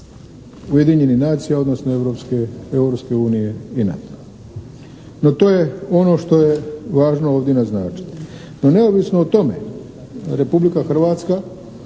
Ujedinjenih nacija odnosno Europske unije i NATO-a. No to je ono što je važno ovdje naznačiti. No neovisno o tome, Republika Hrvatska